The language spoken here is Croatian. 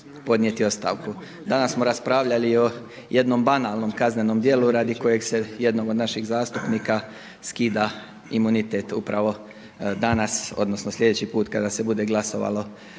Danas smo raspravljali i o jednom banalnom kaznenom djelu radi kojeg se jednom od naših zastupnika skida imunitet upravo danas odnosno sljedeći put kada se bude glasovalo